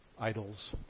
idols